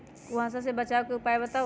कुहासा से बचाव के उपाय बताऊ?